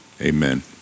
amen